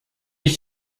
ich